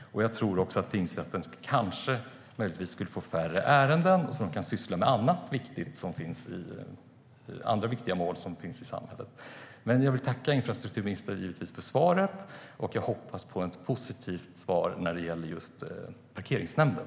Jag tror också att tingsrätten då skulle få färre ärenden, så att den kan syssla med andra viktiga mål i samhället. Jag vill givetvis tacka infrastrukturministern för svaret, och jag hoppas på ett positivt svar när det gäller just parkeringsnämnden.